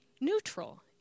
neutral